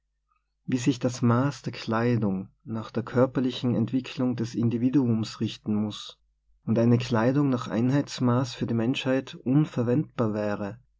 wie sich das maß der kleidung nach der körperlichen entwicklung des individuums richten muß und eine kleidung nach einheitsmaß für die menschheit un verwendbar wäre